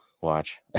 watch